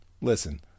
Listen